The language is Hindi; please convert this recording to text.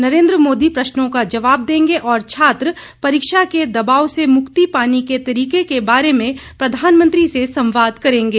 नरेन्द्र मोदी प्रश्नों का जवाब देंगे और छात्र परीक्षा के दबाव से मुक्ति पाने के तरीकों के बारे में प्रधानमंत्री से संवाद करेंगे